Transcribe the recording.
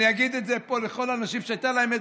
אני אגיד את זה פה לכל האנשים שהייתה להם איזושהי,